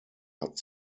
hat